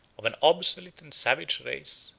of an obsolete and savage race,